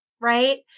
right